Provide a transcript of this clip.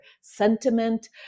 sentiment